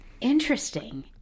Interesting